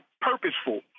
purposeful